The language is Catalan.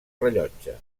rellotge